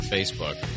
Facebook